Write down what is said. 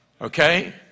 Okay